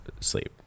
sleep